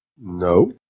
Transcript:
No